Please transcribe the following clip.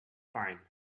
fine